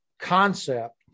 concept